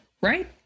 right